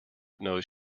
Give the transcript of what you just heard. knows